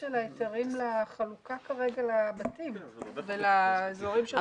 של ההיתרים לחלוקה לבתים ולאזורים של החלוקה.